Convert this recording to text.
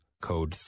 code